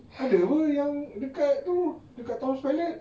ada apa yang dekat tu dekat tom's palette